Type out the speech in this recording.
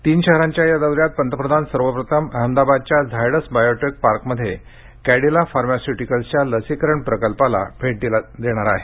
तीन शहरांच्या या दौऱ्यात पंतप्रधान सर्वप्रथम अहमदाबादच्या झायडस बायोटेक पार्कमध्ये कॅडीला फार्मास्यूटिकल्साच्या लसीकरण प्रकल्पाला भेट देणार आहेत